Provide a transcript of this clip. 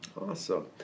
Awesome